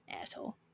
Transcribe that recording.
Asshole